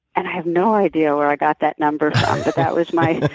and i have no idea where i got that number but that was my,